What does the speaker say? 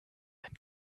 ein